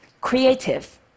creative